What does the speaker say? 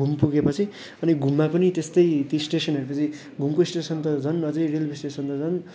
घुम पुगे पछि अनि घुममा पनि त्यस्तै त्यो स्टेसन हेरेपछि घुमको स्टेसन त झन् अझै रेलवे स्टेसन त झन्